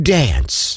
dance